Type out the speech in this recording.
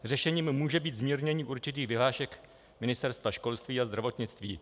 Řešením může být zmírnění určitých vyhlášek Ministerstva školství a zdravotnictví.